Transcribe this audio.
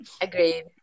Agreed